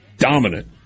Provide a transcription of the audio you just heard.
Dominant